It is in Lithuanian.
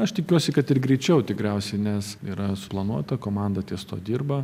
aš tikiuosi kad ir greičiau tikriausiai nes yra suplanuota komanda ties tuo dirba